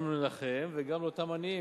גם לכם וגם לאותם עניים,